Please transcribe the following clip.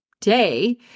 day